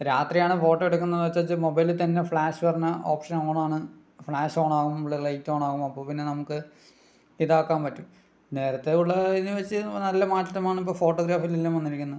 രാത്രിയാണ് ഫോട്ടോയെടുക്കുന്നേന്ന് വച്ചച്ച് മൊബൈലിൽ തന്നെ ഫ്ലാഷ് വരണ ഓപ്ഷൻ ഓൺ ആണ് ഫ്ലാഷ് ഓൺ ആവും ഇവിടെ ലൈറ്റ് ഓണാവും അപ്പോൾ പിന്നെ നമുക്ക് ഇതാക്കാൻ പറ്റും നേരത്തെ ഉള്ള ഇതിനെ വച്ച് നല്ല മാറ്റമാണ് ഇപ്പോൾ ഫോട്ടോഗ്രാഫിയിൽ എല്ലാം വന്നിരിക്കുന്നത്